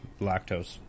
lactose